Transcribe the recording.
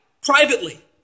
privately